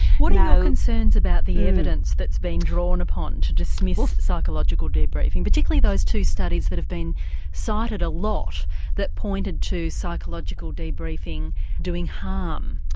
what are your concerns about the evidence that's been drawn upon to dismiss psychological debriefing, particularly those two studies that have been cited a lot that pointed to psychological debriefing doing harm?